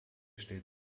stellt